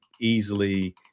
easily